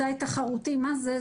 תחרותי, מה זה?